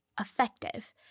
effective